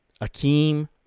Akeem